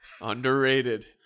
Underrated